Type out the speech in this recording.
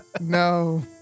No